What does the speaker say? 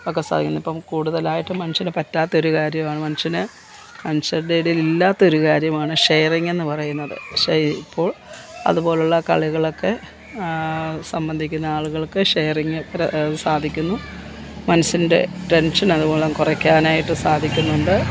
ഒക്കെ സാധിക്കും ഇപ്പം കൂടുതലായിട്ടും മനുഷ്യന് പറ്റാത്തൊരു കാര്യമാണ് മനുഷ്യന് മനുഷ്യരുടെ ഇടയിലില്ലാത്തൊരു കാര്യമാണ് ഷെയറിങ്ങെന്ന് പറയുന്നത് പക്ഷേ ഇപ്പോൾ അതുപോലുള്ള കളികളൊക്കെ സംബന്ധിക്കുന്ന ആളുകൾക്ക് ഷെയറിങ്ങ് എത്ര സാധിക്കുന്നു മനുഷ്യൻ്റെ ടെൻഷൻ അതു മൂലം കുറയ്ക്കാനായിട്ട് സാധിക്കുന്നുണ്ട്